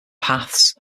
paths